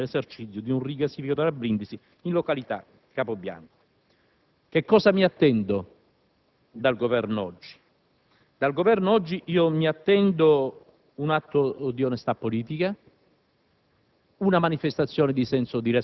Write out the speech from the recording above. con il quale fu autorizzata la costruzione e l'esercizio di un rigassificatore a Brindisi in località Capo Bianco. Che cosa mi attendo dal Governo oggi? Mi attendo un atto di onestà politica,